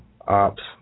ops